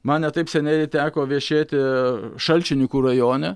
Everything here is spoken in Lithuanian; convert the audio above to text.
man ne taip seniai teko viešėti šalčininkų rajone